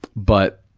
but